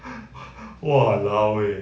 !walao! eh